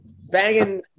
banging